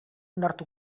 nord